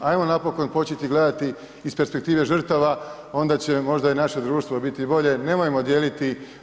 Hajmo napokon početi gledati iz perspektive žrtava, onda će možda i naše društvo biti bolje, nemojmo dijeliti.